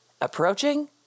approaching